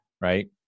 Right